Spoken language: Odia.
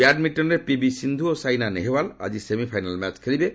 ବ୍ୟାଡ୍ମିଣ୍ଟନ୍ରେ ପିଭି ସିନ୍ଧୁ ଓ ସାଇନା ନେହେୱାଲ୍ ଆଜି ସେମିଫାଇନାଲ୍ ମ୍ୟାଚ୍ ଖେଳିବେ